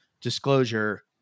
disclosure